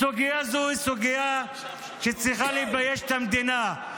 סוגיה זו היא סוגיה שצריכה לבייש את המדינה,